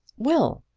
will!